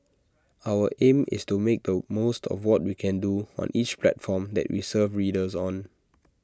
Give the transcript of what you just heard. our aim is to make the most of what we can do on each platform that we serve readers on